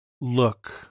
look